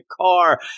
car